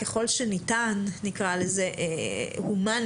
ככל שניתן נקרא לזה הומנית,